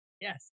Yes